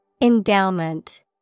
Endowment